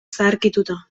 zaharkituta